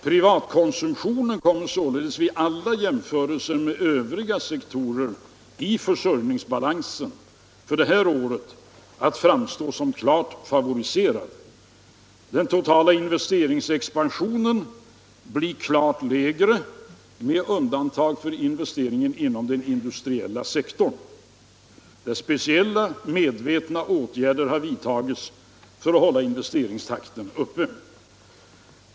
Privatkonsumtionen kommer således vid alla jämförelser med övriga sektorer i försörjningsbalansen för det här året att framstå som klart favoriserad. Den totala investeringsexpansionen blir klart lägre med undantag för investeringen inom den industriella sektorn, där speciella medvetna åtgärder har vidtagits för att hålla investeringstakten uppe.